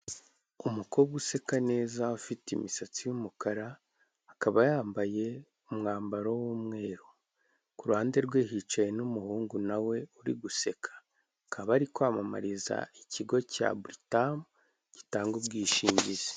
Umukobwa useka neza ufite imisatsi y'umukara akaba yambaye umwambaro w'umweru, ku ruhande rwe hicaye n'umuhungu nawe uri guseka bakaba ari kwamamariza ikigo cya buritamu gitanga ubwishingizi.